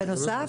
בנוסף?